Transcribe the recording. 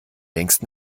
längst